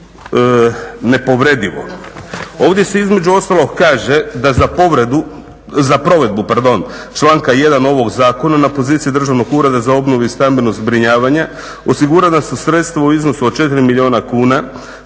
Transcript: nepovredivo. Ovdje se između ostalog kaže da za povredu, za provedbu, pardon, članka 1. ovog zakona na poziciji Državnog ureda za obnovu i stambeno zbrinjavanje osigurana su sredstva u iznosu od 4 milijuna kuna,